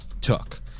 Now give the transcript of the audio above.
took